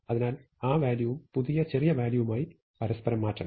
അതിനാൽ ആ വാല്യൂവും പുതിയ ചെറിയ വാല്യൂവുമായി പരസ്പരം മാറ്റണം